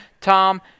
Tom